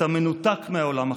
אתה מנותק מהעולם החיצון.